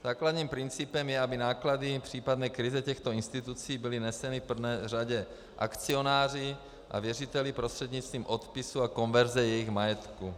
Základním principem je, aby náklady případné krize těchto institucí byly neseny v prvé řadě akcionáři a věřiteli prostřednictvím odpisů a konverze jejich majetku.